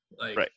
Right